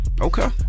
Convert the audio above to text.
Okay